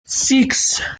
six